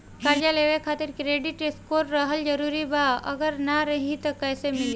कर्जा लेवे खातिर क्रेडिट स्कोर रहल जरूरी बा अगर ना रही त कैसे मिली?